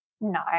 No